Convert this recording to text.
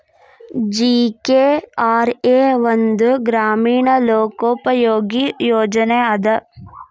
GKRA ಒಂದ ಗ್ರಾಮೇಣ ಲೋಕೋಪಯೋಗಿ ಯೋಜನೆ ಅದ